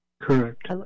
Correct